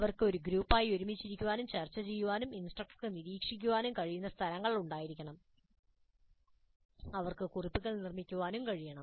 അവർക്ക് ഒരു ഗ്രൂപ്പായി ഒരുമിച്ച് ഇരിക്കാനും ചർച്ച ചെയ്യാനും ഇൻസ്ട്രക്ടർക്ക് നിരീക്ഷിക്കാനും കഴിയുന്ന സ്ഥലങ്ങൾ ഉണ്ടായിരിക്കണം അവർക്ക് കുറിപ്പുകൾ നിർമ്മിക്കാൻ കഴിയും